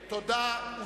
תודה.